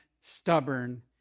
stubborn